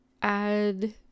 add